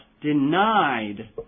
denied